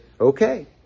okay